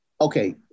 Okay